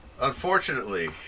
Unfortunately